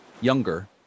younger